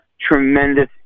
tremendous